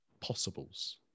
possibles